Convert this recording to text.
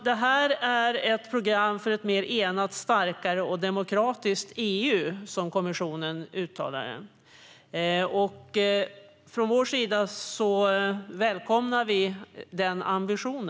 Detta är ett program för ett mer enat, starkare och demokratiskt EU, som kommissionen uttrycker det. Vi välkomnar denna ambition.